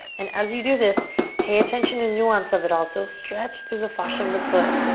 and as you do this pay attention to the nuance of it all. so stretch through the fascia of the foot.